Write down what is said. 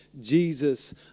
Jesus